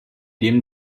dem